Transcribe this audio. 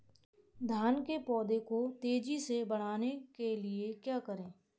धान के पौधे को तेजी से बढ़ाने के लिए क्या करें?